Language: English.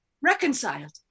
Reconciled